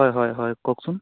হয় হয় হয় কওকচোন